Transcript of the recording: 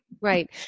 right